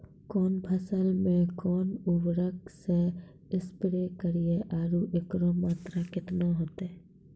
कौन फसल मे कोन उर्वरक से स्प्रे करिये आरु एकरो मात्रा कत्ते होते?